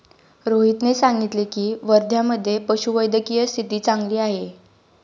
रोहितने सांगितले की, वर्ध्यामधे पशुवैद्यकीय स्थिती चांगली आहे